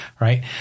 Right